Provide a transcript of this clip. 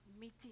meeting